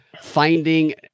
Finding